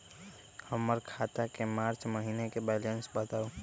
हमर खाता के मार्च महीने के बैलेंस के बताऊ?